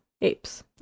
apes